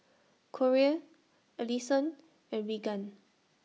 Corey Alison and Regan